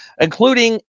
including